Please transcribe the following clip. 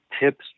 tips